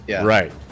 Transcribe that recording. Right